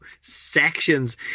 sections